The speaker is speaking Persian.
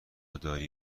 داری